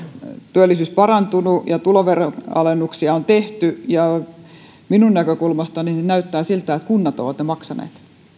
työllisyys parantunut ja tuloveron alennuksia on tehty ja minun näkökulmastani näyttää siltä että kunnat ovat ne maksaneet